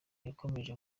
yakomeje